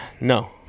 no